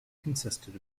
consisted